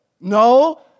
No